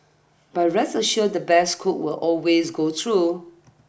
but rest assured the best cook will always go through